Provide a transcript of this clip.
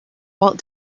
walt